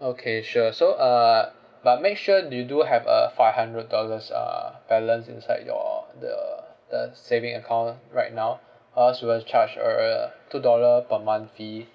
okay sure so uh but make sure you do have a five hundred dollars uh balance inside your the uh the saving account right now or else we will charge uh a two dollar per month fee